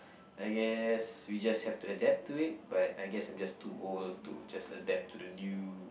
I guess we just have to adapt to it but I guess I'm just too old to just adapt to the new